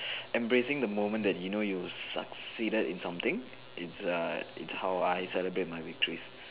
embracing the moment that you know you succeeded in something it's a is how I celebrate my victories